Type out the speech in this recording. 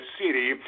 city